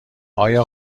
آیا